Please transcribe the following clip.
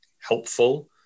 helpful